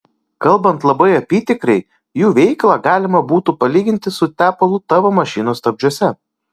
kalbant labai apytikriai jų veiklą galima būtų palyginti su tepalu tavo mašinos stabdžiuose